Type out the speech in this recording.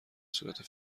صورت